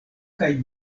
kaj